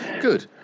Good